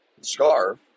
scarf